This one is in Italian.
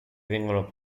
vengono